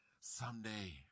someday